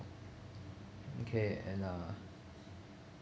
okay and uh